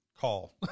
call